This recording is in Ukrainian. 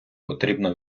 потрібно